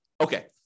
Okay